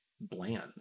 bland